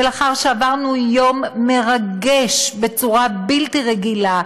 ולאחר שעברנו יום מרגש בצורה בלתי רגילה,